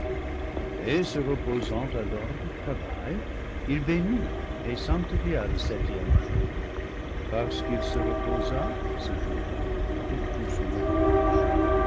et se reposant alors du travail il bénit et sanctifia le septième jour parce qu'il se reposa ce jour-là de tout son ouvrage